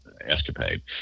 escapade